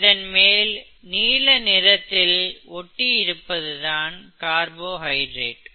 இதன் மேல் நீல நிறத்தில் ஒட்டி இருப்பதுதான் கார்போஹைட்ரேட்